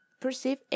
perceive